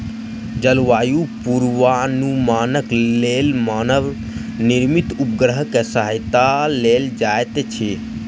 जलवायु पूर्वानुमानक लेल मानव निर्मित उपग्रह के सहायता लेल जाइत अछि